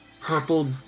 purple